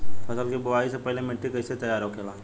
फसल की बुवाई से पहले मिट्टी की कैसे तैयार होखेला?